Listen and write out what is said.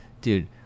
dude